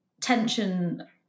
tension